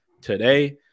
today